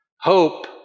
Hope